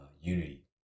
unity